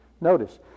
Notice